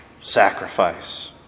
sacrifice